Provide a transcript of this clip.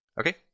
Okay